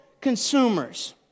consumers